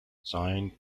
sine